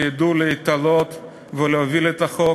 ידעו להתעלות ולהוביל את החוק,